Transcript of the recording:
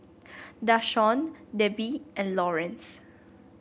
Dashawn Debi and Laurence